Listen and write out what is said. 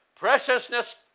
Preciousness